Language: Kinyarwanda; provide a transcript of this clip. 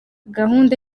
gahunda